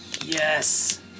Yes